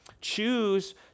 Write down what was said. choose